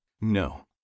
No